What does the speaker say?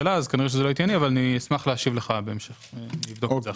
אשמח להשיב לך בהמשך.